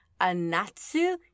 Anatsu